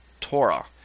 Torah